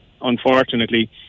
unfortunately